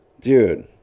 Dude